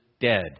dead